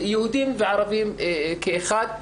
יהודים וערבים כאחד.